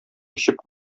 эчеп